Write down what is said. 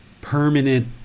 permanent